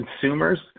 consumers